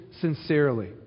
sincerely